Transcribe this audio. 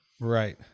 Right